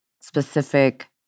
specific